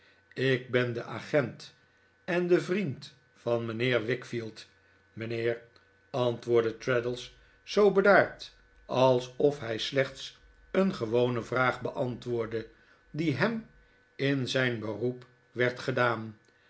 ik ben de agent en de vriend van mijnheer wickfield mijnheer antwoordde traddles zoo bedaard alsof hij slechts een gewone vraag beantwoordd e die hem in zijn beroep werd gedaan